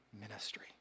ministry